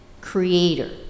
creator